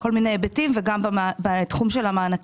בכל מיני היבטים, וגם בתחום של המענקים.